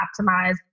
optimize